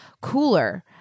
cooler